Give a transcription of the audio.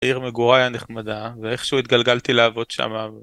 עיר מגוריי הנחמדה, ואיכשהו התגלגלתי לעבוד שם.